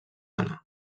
anna